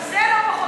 גם זה לא פחות חשוב,